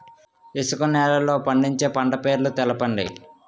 ఇసుక నేలల్లో పండించే పంట పేర్లు తెలపండి?